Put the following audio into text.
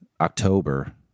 October